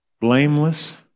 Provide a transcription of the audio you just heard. blameless